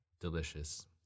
delicious